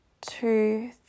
two